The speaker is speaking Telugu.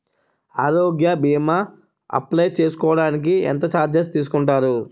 ఆరోగ్య భీమా అప్లయ్ చేసుకోడానికి ఎంత చార్జెస్ తీసుకుంటారు?